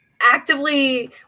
actively